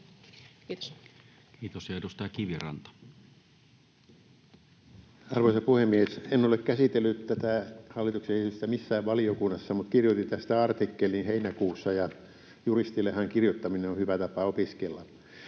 Time: 22:35 Content: Arvoisa puhemies! En ole käsitellyt tätä hallituksen esitystä missään valiokunnassa mutta kirjoitin tästä artikkelin heinäkuussa, ja juristillehan kirjoittaminen on hyvä tapa opiskella.